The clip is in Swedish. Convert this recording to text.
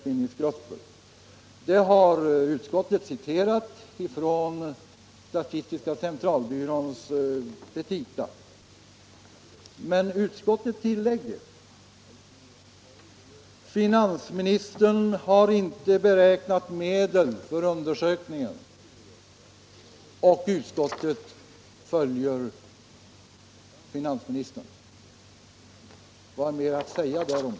Men ut — Anslag till statistis skottet tillägger: ”Finansministern har inte beräknat medel för under — ka centralbyrån sökningen.” Och utskottet följer finansministern. Vad mer återstår att m.m. säga härom?